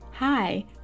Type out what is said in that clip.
Hi